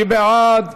מי בעד?